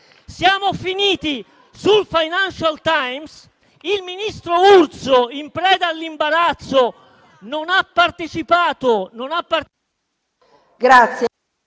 Siamo finiti sul «Financial Times»; il ministro Urso, in preda all'imbarazzo, non ha partecipato…